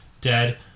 dead